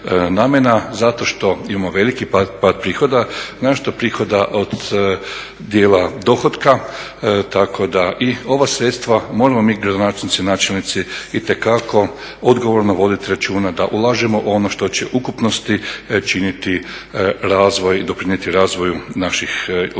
zato što imamo veliki pad prihoda, naročito prihoda od dijela dohotka tako da i ova sredstva moramo mi gradonačelnici, načelnici itekako odgovorno voditi računa da ulažemo ono što će u ukupnosti činiti razvoj i doprinijeti razvoju naših lokalnih